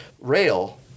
rail